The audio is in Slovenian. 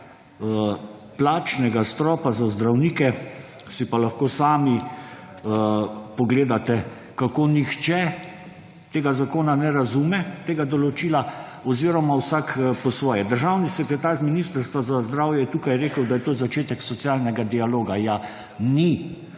plačnega stropa za zdravnike si pa lahko sami pogledate, kako nihče tega določila ne razume oziroma vsak po svoje. Državni sekretar z Ministrstva za zdravje je tukaj rekel, da je to začetek socialnega dialoga. Ni!